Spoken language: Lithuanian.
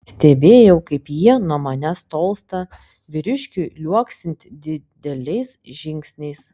stebėjau kaip jie nuo manęs tolsta vyriškiui liuoksint dideliais žingsniais